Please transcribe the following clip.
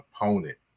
opponent